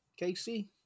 KC